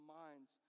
minds